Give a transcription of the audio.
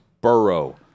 Burrow